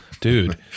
dude